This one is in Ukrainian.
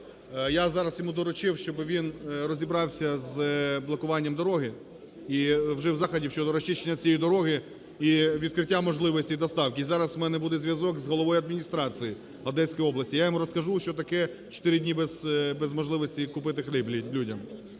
Я зараз йому доручив, щоб він розібрався з блокуванням дороги і вжив заходів щодо розчищення цієї дороги і відкриття можливості доставки. І зараз у мене буде зв'язок з головою адміністрації Одеської області, я йому розкажу, що таке чотири дні без можливості купити хліб людям.